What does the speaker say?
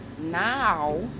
now